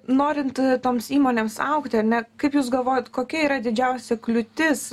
norint toms įmonėms augti ar ne kaip jūs galvojat kokia yra didžiausia kliūtis